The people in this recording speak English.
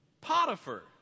Potiphar